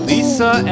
Lisa